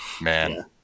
man